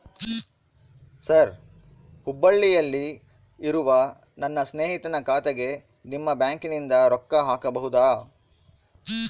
Sir ಹುಬ್ಬಳ್ಳಿಯಲ್ಲಿ ಇರುವ ನನ್ನ ಸ್ನೇಹಿತನ ಖಾತೆಗೆ ನಿಮ್ಮ ಬ್ಯಾಂಕಿನಿಂದ ರೊಕ್ಕ ಹಾಕಬಹುದಾ?